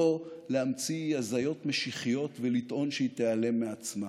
לא להמציא הזיות משיחיות ולטעון שהיא תיעלם מעצמה.